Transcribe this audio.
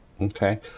Okay